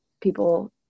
people